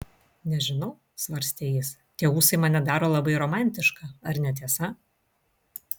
nežinau svarstė jis tie ūsai mane daro labai romantišką ar ne tiesa